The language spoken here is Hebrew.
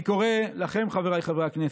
אני קורא לכם, חבריי חברי הכנסת,